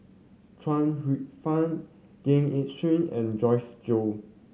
Chuang Hsueh Fang Gan Eng Seng and Joyce Jue